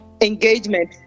engagement